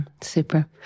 super